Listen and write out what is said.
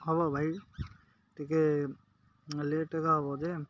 ହବ ଭାଇ ଟିକେ ଲେଟ୍ରେ ଏକା ହବ ଯେ